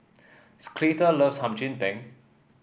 loves Hum Chim Peng